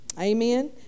Amen